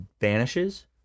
vanishes